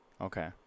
Okay